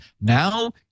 Now